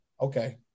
Okay